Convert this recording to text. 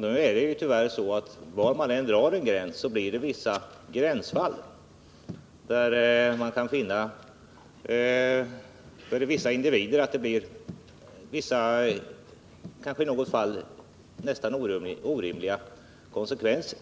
Nu är det tyvärr så, att var man än drar en gräns uppstår det vissa gränsfall, där man kan finna att det för enstaka personer blir orimliga konsekvenser.